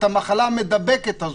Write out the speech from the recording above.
את המחלה המידבקת הזאת.